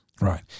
Right